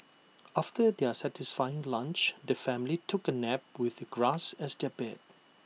after their satisfying lunch the family took A nap with grass as their bed